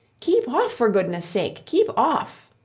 keep off, for goodness' sake, keep off!